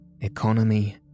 Economy